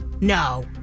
No